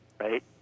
right